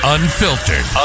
Unfiltered